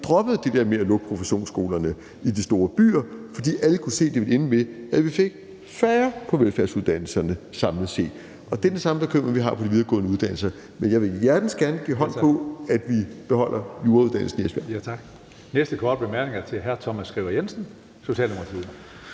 droppede det der med at lukke professionsskolerne i de store byer. For alle kunne se, det ville ende med, at vi fik færre på velfærdsuddannelserne samlet set, og vi har den samme bekymring i forhold til de videregående uddannelser. Men jeg vil hjertensgerne give hånd på, at vi beholder jurauddannelsen i Esbjerg. Kl. 20:20 Tredje næstformand (Karsten Hønge): Næste korte bemærkning er til hr. Thomas Skriver Jensen, Socialdemokratiet.